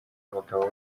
abagabo